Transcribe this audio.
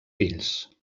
fills